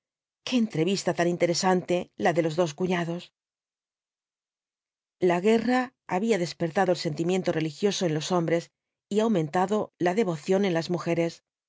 qué entrevista tan interesante la de los dos cuñados la guerra había despertado el sentimiento religioso en los hombres y aumentado la devoción de las mujeres